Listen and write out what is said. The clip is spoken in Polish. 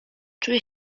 czuję